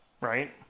right